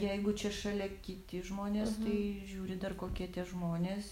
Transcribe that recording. jeigu čia šalia kiti žmonės tai žiūri dar kokie tie žmonės